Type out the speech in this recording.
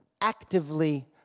actively